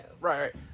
right